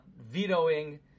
vetoing